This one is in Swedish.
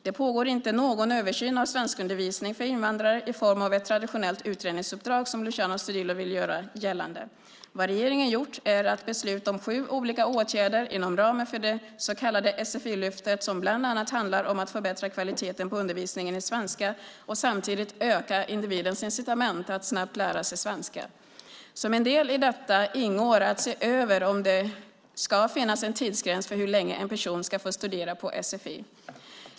Det pågår inte någon översyn av svenskundervisning för invandrare i form av ett traditionellt utredningsuppdrag som Luciano Astudillo vill göra gällande. Vad regeringen gjort är att besluta om sju olika åtgärder inom ramen för det så kallade sfi-lyftet som bland annat handlar om att förbättra kvaliteten på undervisningen i svenska och samtidigt öka den enskilde individens incitament att snabbt lära sig svenska. Som en del i detta ingår att se över om det ska finnas en tidsgräns för hur länge en person ska få studera på sfi.